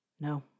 No